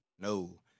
no